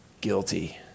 Guilty